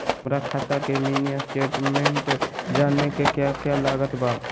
हमरा खाता के मिनी स्टेटमेंट जानने के क्या क्या लागत बा?